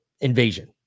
invasion